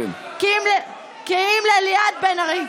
כי אם לליאת בן-ארי,